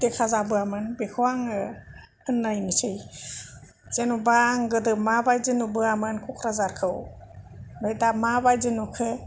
देखा जाबोआमोन बेखौ आङो होननायनसै जेनबा आं गोदो मा बायदि नुबोआमोन क'क्राझारखौ आमफाय दा मा बायदि नुखो